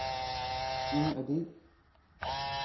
ᱤᱧ ᱟᱹᱰᱤ